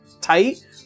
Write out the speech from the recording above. tight